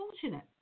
fortunate